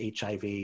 HIV